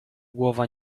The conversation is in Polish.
głowa